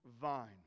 vine